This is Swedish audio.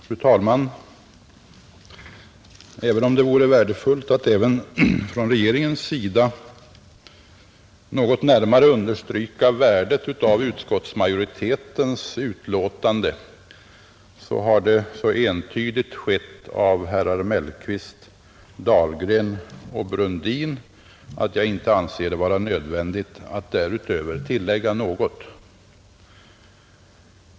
Fru talman! Även om det vore värdefullt att också en representant för regeringen något närmare underströk värdet av utskottsmajoritetens betänkande, har det så entydigt gjorts av herrar Mellqvist, Dahlgren och Brundin att jag inte anser det vara nödvändigt att därutöver tillägga något.